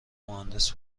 مهندس